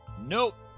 Nope